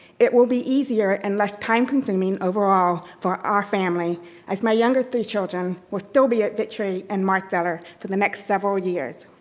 it will be easier and less time consuming overall for our family as my younger three children will still be at victory and marsteller for the next several years.